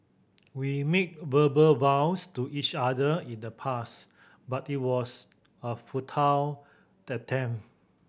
we made verbal vows to each other in the past but it was a futile attempt